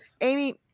Amy